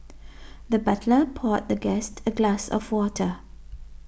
the butler poured the guest a glass of water